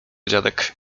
dziadek